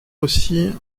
ainsi